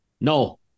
No